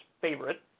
favorite